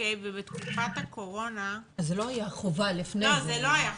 ובתקופת הקורונה --- אז זה לא הייתה חובה לפני זה.